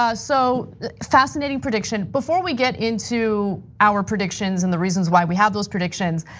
ah so fascinating prediction. before we get into our predictions and the reasons why we have those predictions,